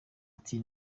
ati